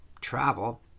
Travel